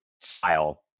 style